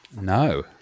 No